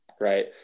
Right